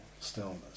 stillness